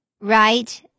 right